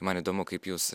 man įdomu kaip jūs